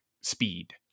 speed